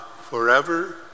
forever